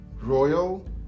royal